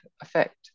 effect